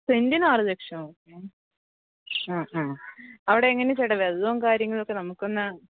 സെൻറ്റിന് ആറ് ലക്ഷമു ഏഹ് ആ ആ അവിടെ എങ്ങനെയാണ് ചേട്ടാ വെള്ളോം കാര്യങ്ങളൊക്കെ നമുക്കൊന്ന്